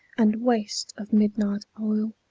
and waste of midnight oil,